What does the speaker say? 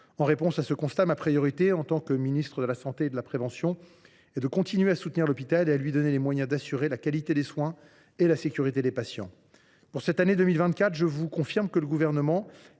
En réponse à ce constat, ma priorité en tant que ministre chargé de la santé et de la prévention est de continuer à soutenir l’hôpital et à lui donner les moyens d’assurer la qualité des soins et la sécurité des patients. Pour cette année 2024, je vous confirme que le Gouvernement est